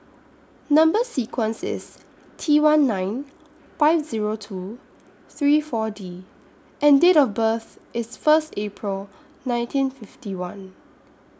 Number sequence IS T one nine five Zero two three four D and Date of birth IS First April nineteen fifty one